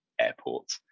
airport